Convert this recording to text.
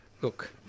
Look